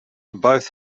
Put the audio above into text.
both